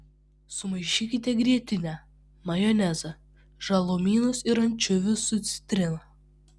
sumaišykite grietinę majonezą žalumynus ir ančiuvius su citrina